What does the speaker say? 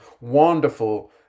wonderful